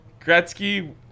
Gretzky